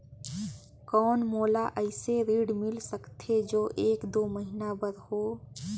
कौन मोला अइसे ऋण मिल सकथे जो एक दो महीना बर हो?